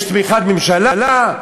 יש תמיכת הממשלה,